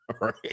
Right